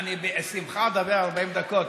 אני בשמחה אדבר 40 דקות,